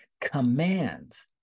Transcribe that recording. commands